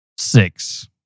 Six